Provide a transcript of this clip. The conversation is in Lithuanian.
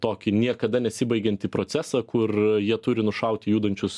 tokį niekada nesibaigiantį procesą kur jie turi nušaut judančius